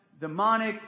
demonic